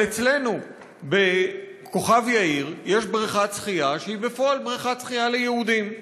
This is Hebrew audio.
אבל אצלנו בכוכב יאיר יש בריכת שחייה שהיא בפועל בריכת שחייה ליהודים.